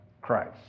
Christ